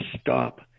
stop